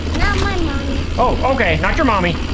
not my mommy! oh, okay. not your mommy.